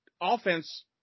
offense –